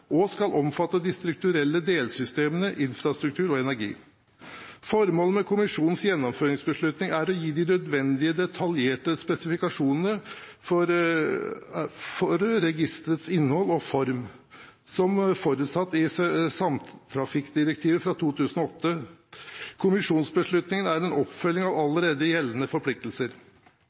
og skal omfatte de strukturelle delsystemene infrastruktur og energi. Formålet med kommisjonens gjennomføringsbeslutning er å gi de nødvendige detaljerte spesifikasjonene for registerets innhold og form, som forutsatt i samtrafikkdirektivet fra 2008. Kommisjonsbeslutningen er en oppfølging av allerede gjeldende forpliktelser